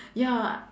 ya